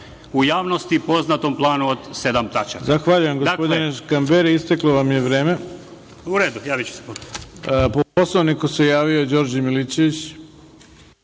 u javnosti poznatom, planu od sedam